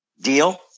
deal